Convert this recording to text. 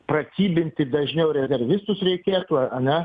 pratybinti dažniau rezervistus reikėtų ar ane